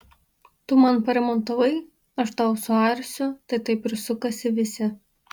tu man paremontavai aš tau suarsiu tai taip ir sukasi visi